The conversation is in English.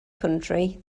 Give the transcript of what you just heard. country